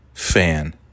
fan